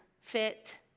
fit